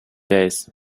days